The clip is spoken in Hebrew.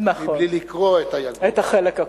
מבלי לקרוא את ה"יגון".